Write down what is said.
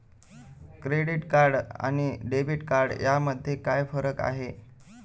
Credit card आणि debit card यामध्ये काय फरक आहे?